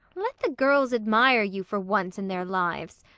let the girls admire you for once in their lives!